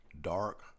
Dark